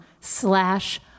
slash